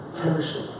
Perishing